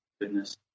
goodness